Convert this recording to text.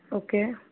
okay